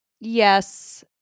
Yes